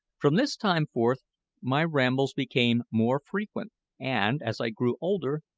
from this time forth my rambles became more frequent and, as i grew older,